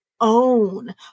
own